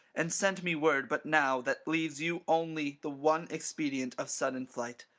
and sent me word but now, that leaves you only the one expedient of sudden flight.